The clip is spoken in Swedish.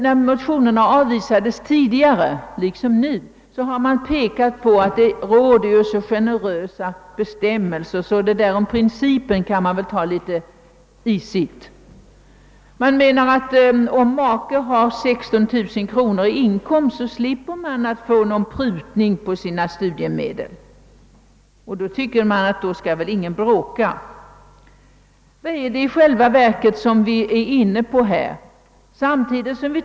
När motioner i samma ämne tidigare liksom nu har avvisats, har utskottsmajoriteten pekat på att bestämmelserna är så generösa att man kan ta det litet lugnt med principen. Om en make har 16 000 kronor i inkomst, blir det ju ingen prutning på studiemedlen för den andre maken, och då skall väl ingen bråka, har man tyckt. Vad är det för tankar som vi i själva verket är inne på?